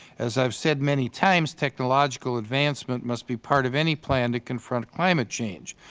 as i have said many times, technological advancement must be part of any plan to confront climate change.